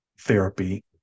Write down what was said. therapy